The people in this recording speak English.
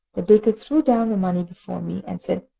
the baker threw down the money before me, and said,